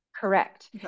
Correct